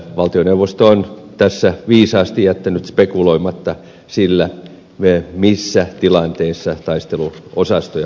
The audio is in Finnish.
valtioneuvosto on tässä viisaasti jättänyt spekuloimatta sillä missä tilanteessa taisteluosastoja voitaisiin käyttää